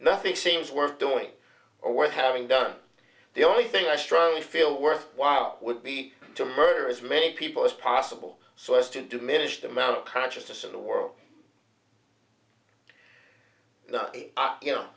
nothing seems worth doing or worth having done the only thing i strongly feel worthwhile would be to murder as many people as possible so as to diminish the amount of consciousness in the world you know